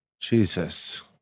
Jesus